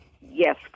Yes